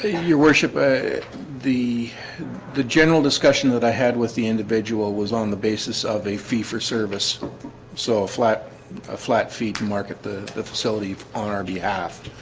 your worship the the general discussion that i had with the individual was on the basis of a fee for service so flat a flat fee to market the the facility on our behalf